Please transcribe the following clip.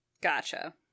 Gotcha